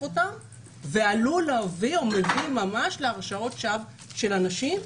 אותם ועלול להביא או מביא ממש להרשעות שווא של אנשים.